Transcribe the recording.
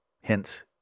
hence